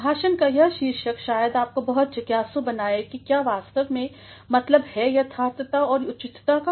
भाषण का यह शीर्षक शायद आपको बहुत जिज्ञासु बनाए कि क्या वास्तव मेंमतलब है यथार्थता और उचितता का